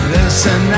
Listen